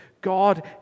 God